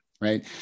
Right